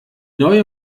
neue